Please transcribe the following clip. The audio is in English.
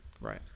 Right